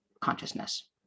consciousness